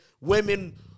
women